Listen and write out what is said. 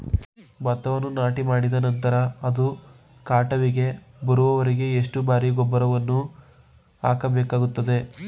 ಭತ್ತವನ್ನು ನಾಟಿಮಾಡಿದ ನಂತರ ಅದು ಕಟಾವಿಗೆ ಬರುವವರೆಗೆ ಎಷ್ಟು ಬಾರಿ ಗೊಬ್ಬರವನ್ನು ಹಾಕಬೇಕಾಗುತ್ತದೆ?